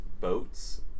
boats